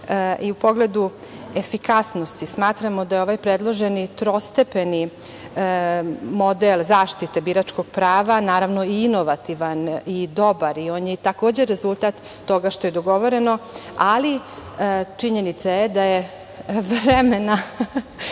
U pogledu efikasnosti, smatramo da je ovaj predloženi trostepeni model zaštite biračkog prava, naravno, inovativan i dobar i on je, takođe, rezultat toga što je dogovoreno, ali činjenica je da je vremena